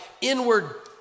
inward